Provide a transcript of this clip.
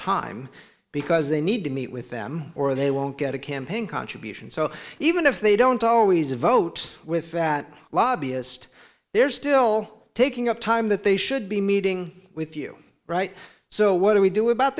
time because they need to meet with them or they won't get a campaign contribution so even if they don't always vote with that lobbyist they're still taking up time that they should be meeting with you right so what do we do about